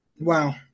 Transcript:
wow